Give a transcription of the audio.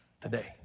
today